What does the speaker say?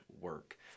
work